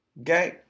Okay